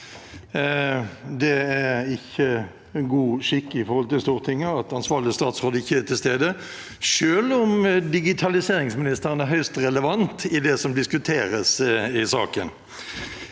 på sykehus 2024 skikk i forhold til Stortinget at ansvarlig statsråd ikke er til stede, selv om digitaliseringsministeren er høyst relevant i det som diskuteres i saken.